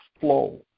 flow